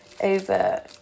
over